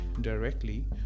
directly